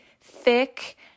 thick